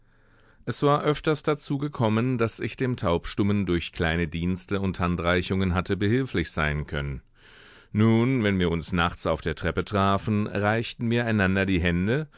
es war öfters dazu gekommen daß ich dem taubstummen durch kleine dienste und handreichungen hatte behilflich sein können nun wenn wir uns nachts auf der treppe trafen reichten wir einander die hände